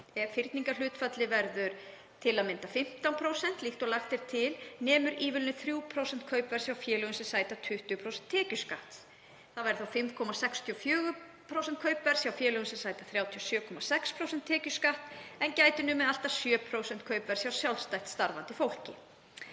Ef fyrningarhlutfallið verður 15%, líkt og lagt er til, nemur ívilnunin 3% kaupverðs hjá félögum sem sæta 20% tekjuskatti. Það væri þá 5,64% kaupverðs hjá félögum sem sæta 37,6% tekjuskatti, en gæti numið allt að 7% kaupverðs hjá sjálfstætt starfandi fólki.